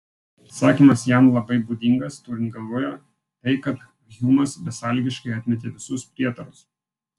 atsakymas jam labai būdingas turint galvoje tai kad hjumas besąlygiškai atmetė visus prietarus